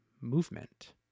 movement